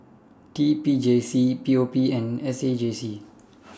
T P J C P O P and S A J C